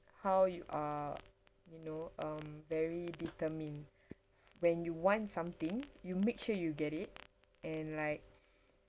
how you are you know um very determined when you want something you make sure you get it and like